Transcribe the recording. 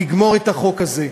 לגמור את החוק הזה.